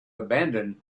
abandon